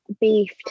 beef